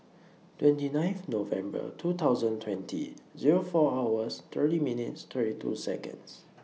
twenty ninth November two thousand twenty Zero four hours thirty minutes thirty two Seconds